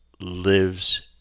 lives